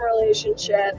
relationship